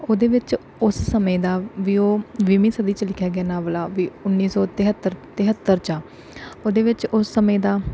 ਉਹਦੇ ਵਿੱਚ ਉਸ ਸਮੇਂ ਦਾ ਵੀ ਉਹ ਵੀਹਵੀਂ ਸਦੀ 'ਚ ਲਿਖਿਆ ਗਿਆ ਨਾਵਲ ਆ ਵੀ ਉੱਨੀ ਸੌ ਤਿਹੱਤਰ ਤਿਹੱਤਰ 'ਚ ਆ ਉਹਦੇ ਵਿੱਚ ਉਸ ਸਮੇਂ ਦਾ